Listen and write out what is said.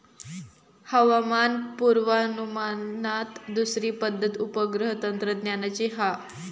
हवामान पुर्वानुमानात दुसरी पद्धत उपग्रह तंत्रज्ञानाची हा